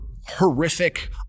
horrific